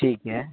ਠੀਕ ਹੈ